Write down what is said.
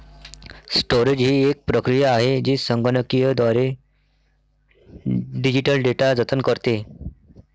storage ही एक प्रक्रिया आहे जी संगणकीयद्वारे डिजिटल डेटा जतन करते